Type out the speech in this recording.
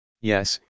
Yes